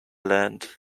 land